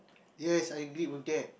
yes I agreed will get